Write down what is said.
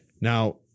Now